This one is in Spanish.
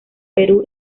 perú